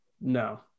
No